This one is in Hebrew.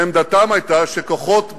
שעמדתם היתה שכוחות בין-לאומיים,